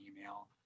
email